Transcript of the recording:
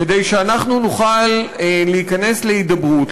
כדי שאנחנו נוכל להיכנס להידברות,